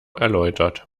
erläutert